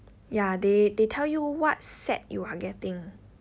ya they they tell you what set you are getting